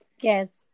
yes